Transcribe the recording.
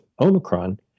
Omicron